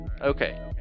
Okay